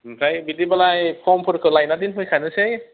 ओमफ्राय बिदिब्लालाय फर्मफोरखौ लायना दोनफैखानोसै